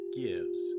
gives